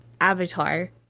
Avatar